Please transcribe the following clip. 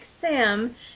Sam